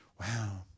Wow